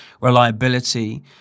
reliability